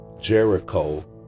Jericho